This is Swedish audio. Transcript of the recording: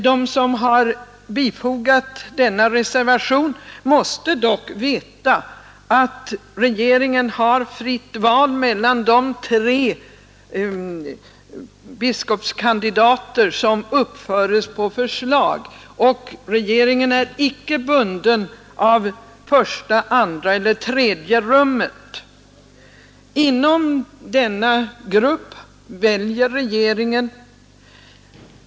De som har avgivit denna reservation måste dock veta att regeringen har fritt val mellan de tre biskopskandidater som uppförs på förslag, och regeringen är inte bunden att hålla sig till första, andra eller tredje rummet. Inom denna grupp väljer regeringen.